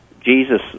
Jesus